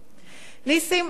נסים, אתה מכיר אותי,